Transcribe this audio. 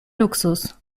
luxus